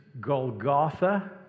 Golgotha